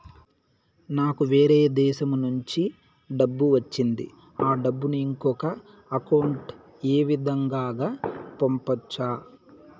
నాకు వేరే దేశము నుంచి డబ్బు వచ్చింది ఆ డబ్బును ఇంకొక అకౌంట్ ఏ విధంగా గ పంపొచ్చా?